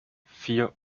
vier